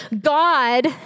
God